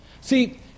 See